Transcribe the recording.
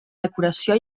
decoració